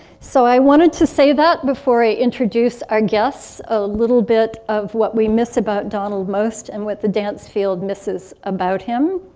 so i wanted to say that before i introduce our guests. a little bit of what we miss about donald most and what the dance field misses about him.